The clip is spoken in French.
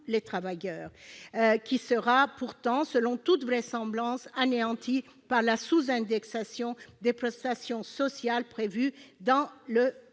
les travailleurs, qui sera pourtant, selon toute vraisemblance, anéanti par la sous-indexation des prestations sociales prévue dans le